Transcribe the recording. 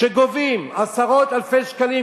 שגובים עשרות אלפי שקלים,